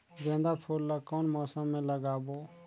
गेंदा फूल ल कौन मौसम मे लगाबो?